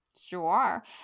Sure